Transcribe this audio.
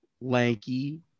lanky